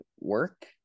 work